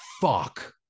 fuck